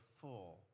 full